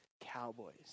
Cowboys